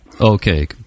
Okay